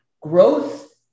growth